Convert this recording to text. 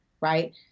right